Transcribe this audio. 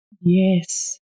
Yes